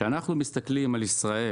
כשאנחנו מסתכלים על ישראל